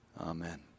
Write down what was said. amen